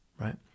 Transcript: right